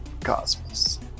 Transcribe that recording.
Cosmos